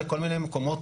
עם המנכ"ל.